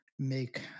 make